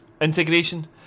integration